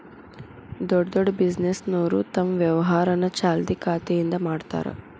ದೊಡ್ಡ್ ದೊಡ್ಡ್ ಬಿಸಿನೆಸ್ನೋರು ತಮ್ ವ್ಯವಹಾರನ ಚಾಲ್ತಿ ಖಾತೆಯಿಂದ ಮಾಡ್ತಾರಾ